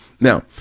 Now